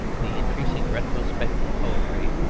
the increasing retrospective poetry,